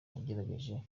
yegereye